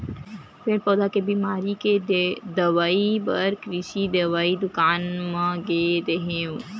पेड़ पउधा के बिमारी के दवई बर कृषि दवई दुकान म गे रेहेंव